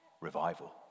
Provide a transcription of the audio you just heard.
revival